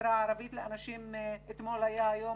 החברה הציבורית לאנשים עם מוגבלויות אתמול היה היום